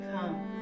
come